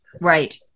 Right